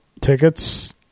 tickets